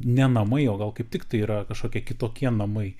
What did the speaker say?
ne namai o gal kaip tiktai yra kažkokie kitokie namai